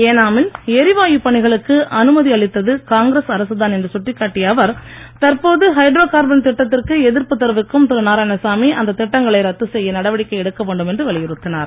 ஏனாமில் எரிவாயு பணிகளுக்கு அனுமதி அளித்தது காங்கிரஸ் அரசுதான் என்று சுட்டிக்காட்டிய அவர் தற்போது ஹைட்ரோ கார்பன் திட்டத்திற்கு எதிர்ப்பு தெரிவிக்கும் திரு நாராயணசாமி அந்த திட்டங்களை ரத்து செய்ய நடவடிக்கை எடுக்க வேண்டும் என்று வலியுறுத்தினார்